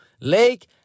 Lake